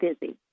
busy